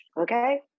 Okay